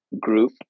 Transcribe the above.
group